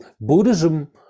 buddhism